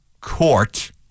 court